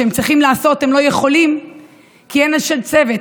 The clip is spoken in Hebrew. משרד הרווחה שוכח אותם ולא מתייחס לצרכים שלהם,